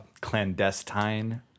clandestine